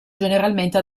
generalmente